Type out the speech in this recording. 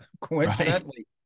coincidentally